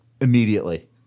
immediately